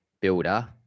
builder